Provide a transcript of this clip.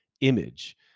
image